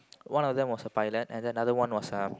one of them was a pilot and another was a